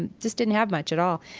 and just didn't have much at all.